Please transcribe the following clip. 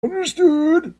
understood